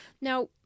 Now